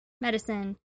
medicine